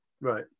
right